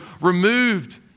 removed